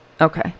Okay